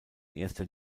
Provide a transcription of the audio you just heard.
erster